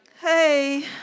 hey